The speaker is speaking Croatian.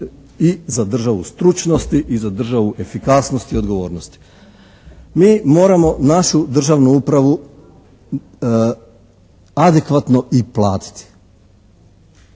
i za državu stručnosti i za državu efikasnosti i odgovornosti. Mi moramo našu državnu upravu adekvatno i platiti.